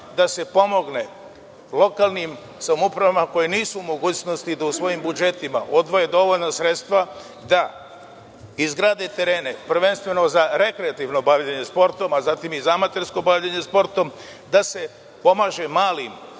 da se pomogne lokalnim samoupravama koje nisu u mogućnosti da u svojim budžetima odvoje dovoljno sredstava da izgrade terene, prvenstveno za rekreativno bavljenje sportom, a zatim i za amatersko bavljenje sportom, da se pomaže malim